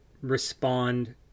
respond